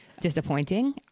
disappointing